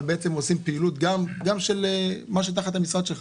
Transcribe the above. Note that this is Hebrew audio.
אבל הם בעצם עושים פעילות של מה שתחת המשרד שלך: